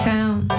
Count